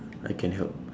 I can help